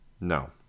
no